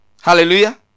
Hallelujah